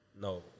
No